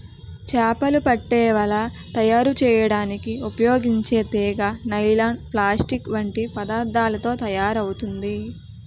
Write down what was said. చేపలు పట్టే వల తయారు చేయడానికి ఉపయోగించే తీగ నైలాన్, ప్లాస్టిక్ వంటి పదార్థాలతో తయారవుతుంది